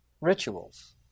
rituals